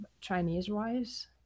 Chinese-wise